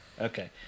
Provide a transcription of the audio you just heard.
okay